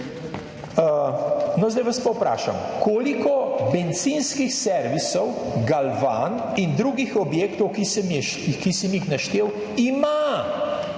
zdaj vas pa vprašam. Koliko bencinskih servisov, galvan, in drugih objektov, ki sem jih naštel, ima